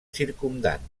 circumdant